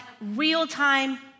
real-time